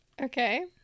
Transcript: okay